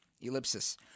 Ellipsis